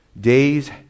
Days